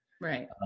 Right